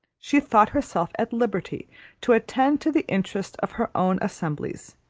she thought herself at liberty to attend to the interest of her own assemblies,